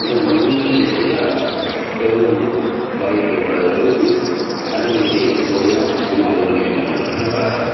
முன்னெச்சரிக்கையாக எதுவும் பாதிப்பு ஏற்படாத அளவுக்கு அடுப்புக்கிட்டயும் எந்தப் பொருளையும் அசிங்க இதுபண்ணிக்க மாட்டேன் நல்லா